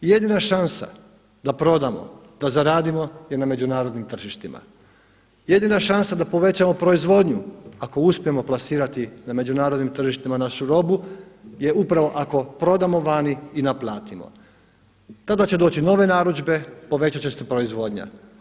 Jedina šansa da prodamo pa zaradimo je na međunarodnim tržištima, jedina šansa da povećamo proizvodnju ako uspijemo plasirati na međunarodnim tržištima našu robu, je upravo ako prodamo vani i naplatimo, tada će doći nove narudžbe povećat će se proizvodnja.